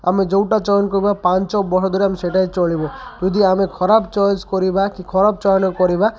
ଆମେ ଯେଉଁଟା ଚୟନ କରିବା ପାଞ୍ଚ ବର୍ଷ ଧରି ଆମେ ସେଇଟା ଚଳିବ ଯଦି ଆମେ ଖରାପ ଚଏସ କରିବା କି ଖରାପ ଚୟନ କରିବା